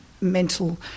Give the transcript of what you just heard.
mental